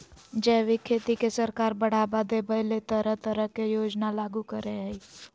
जैविक खेती के सरकार बढ़ाबा देबय ले तरह तरह के योजना लागू करई हई